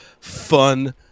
fun